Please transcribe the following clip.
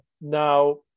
Now